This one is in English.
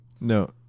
No